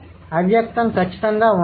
అవ్యక్తత్వం ఖచ్చితంగా ఉండదు